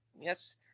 Yes